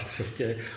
okay